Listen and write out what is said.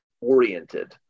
oriented